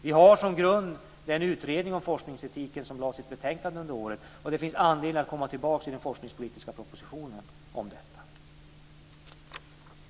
Vi har som grund den utredning om forskningsetiken som avgav sitt betänkandet under året, och det finns anledning att komma tillbaka till detta i den forskningspolitiska propositionen.